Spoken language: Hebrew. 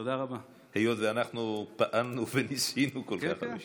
היות שאנחנו פעלנו וניסינו כל כך הרבה שנים.